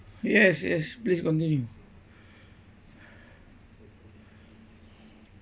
yes yes please continue